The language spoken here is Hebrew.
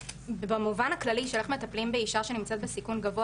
במובן הכללי כשאנחנו מטפלים באישה שנמצאת בסיכון גבוה